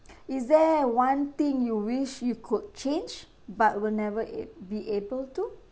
is there one thing you wish you could change but will never e~ be able to